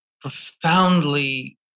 profoundly